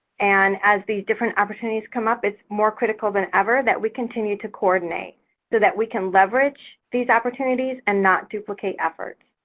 and as the different opportunities come up, it's more critical than ever that we continue to coordinate so that we can leverage these opportunities and not duplicate efforts.